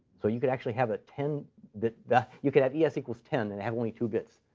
so you could actually have a ten bit you could have yeah es equals ten and have only two bits,